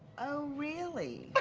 oh really?